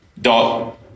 dot